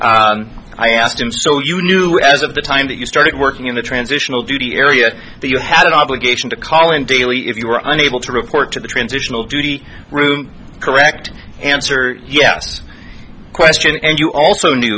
i asked him so you knew as of the time that you started working in the transitional duty area that you had an obligation to call in daily if you were unable to report to the transitional duty correct answer yes question and you also knew